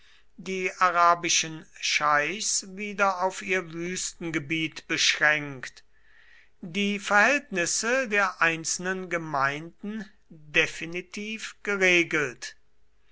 die arabischen scheichs wieder auf ihr wüstengebiet beschränkt die verhältnisse der einzelnen gemeinden definitiv geregelt